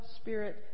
Spirit